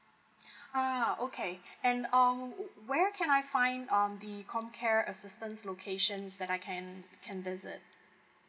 ah okay and um where can I find um the comcare assistance locations that I can can visit